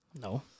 No